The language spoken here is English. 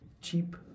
Cheap